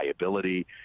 liability